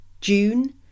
June